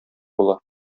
була